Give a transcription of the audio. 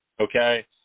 okay